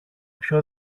πιο